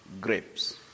grapes